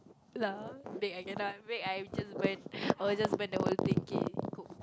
lah bake I cannot bake I'll just burn I'll just burn the whole thing cook